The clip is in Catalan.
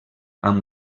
amb